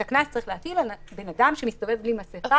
את הקנס צריך להטיל על אדם שמסתובב בלי מסכה במקום הומה אדם.